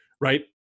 right